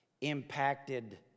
impacted